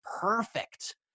perfect